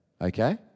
Okay